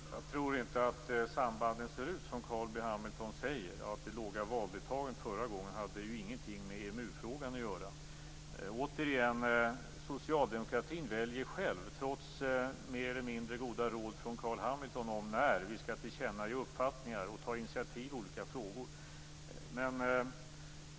Fru talman! Jag tror inte att sambanden ser ut som Carl B Hamilton säger. Det låga valdeltagandet förra gången hade ingenting med EMU-frågan att göra. Återigen: Socialdemokratin väljer själv, trots mer eller mindre goda råd från Carl B Hamilton, när vi skall tillkännage uppfattningar och ta initiativ i olika frågor.